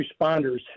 responders